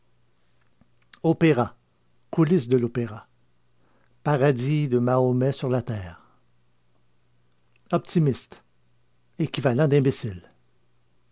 coulisses de l paradis de mahomet sur la terre optimiste equivalent d'imbécile